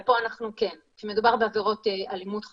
פה, כן, כשמדובר בעבירות אלימות חמורות,